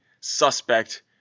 suspect